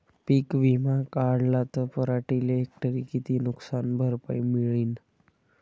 पीक विमा काढला त पराटीले हेक्टरी किती नुकसान भरपाई मिळीनं?